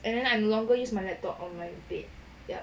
and then I no longer use my laptop on my bed ya